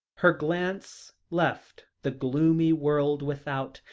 her glance left the gloomy world without,